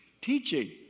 teaching